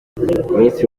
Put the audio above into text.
minisitiri